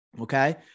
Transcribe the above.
okay